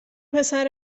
پسر